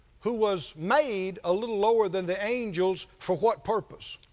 who was made a little lower than the angels, for what purpose